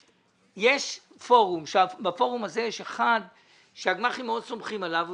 יש פורום ובפורום הזה יש אחד שהגמ"חים מאוד סומכים עליו.